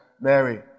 Mary